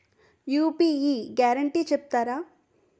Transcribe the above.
UPI guarantee చెప్తారా?